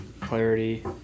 clarity